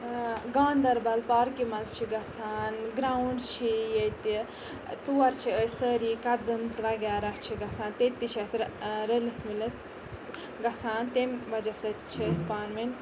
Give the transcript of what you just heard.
گاندَربَل پارکہِ مَنٛز چھِ گَژھان گراوُنٛڈ چھِ ییٚتہِ تور چھِ أسۍ سٲری کَزٕنٕز وَغیرہ چھِ گَژھان تَتہِ تہِ چھِ اَسہِ رٔلِتھ مِلِتھ گَژھان تمہِ وَجہ سۭتۍ چھِ أسۍ پانہٕ ؤنۍ